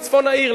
בצפון העיר,